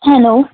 hello